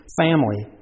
family